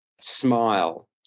Smile